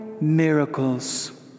miracles